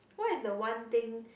what is the one thing